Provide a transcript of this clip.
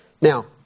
Now